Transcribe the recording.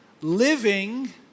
living